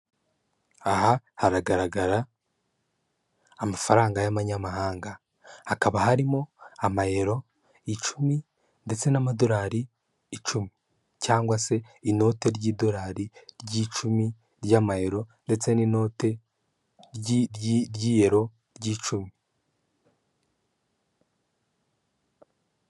Aha haragaragara amafaranga y'abamanyamahanga hakaba harimo amayero icumi, ndetse n'amadorari icumi, cyangwa se inote ry'idorari ry'icumi ry'amayero ndetse n'inote ry'iyero ry'icumi.